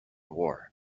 war